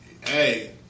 hey